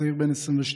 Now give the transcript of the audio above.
צעיר בן 22,